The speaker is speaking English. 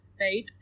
right